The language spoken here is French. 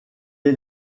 est